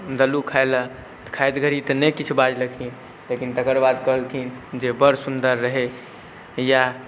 देलहुँ खाइलए तऽ खाइत घड़ी तऽ नहि किछु बाजलखिन लेकिन तकरबाद कहलखिन जे बड़ सुन्दर रहै इएह